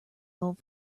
old